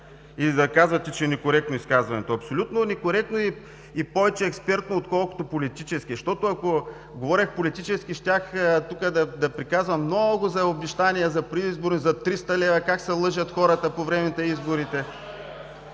Да казвате, че е некоректно изказването! Абсолютно некоректно е. И е повече експертно, отколкото политическо! Ако говорех политически, щях да приказвам много за предизборни обещания, за 300 лв., как се лъжат хората по време на изборите…